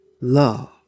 love